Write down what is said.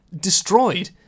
destroyed